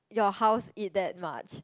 your house eat that much